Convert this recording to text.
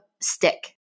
stick